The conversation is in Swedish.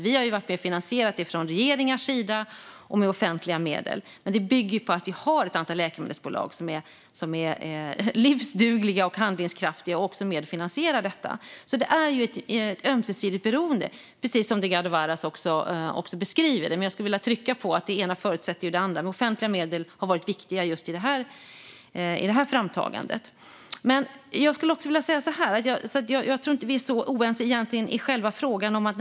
Vi har varit med och finansierat det från regeringars sida med offentliga medel. Men det bygger på att vi har ett antal läkemedelsbolag som är livsdugliga och handlingskraftiga och som medfinansierar detta. Det är ett ömsesidigt beroende, som Delgado Varas också beskriver. Jag skulle vilja trycka på att det ena förutsätter det andra. Offentliga medel har varit viktiga i framtagandet. Jag tror inte att vi är så oense egentligen i själva frågan.